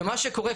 ומה שקורה,